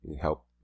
help